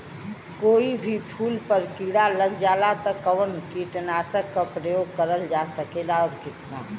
कोई भी फूल पर कीड़ा लग जाला त कवन कीटनाशक क प्रयोग करल जा सकेला और कितना?